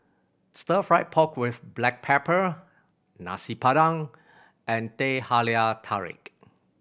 Stir Fried Pork With Black Pepper Nasi Padang and Teh Halia Tarik